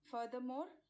Furthermore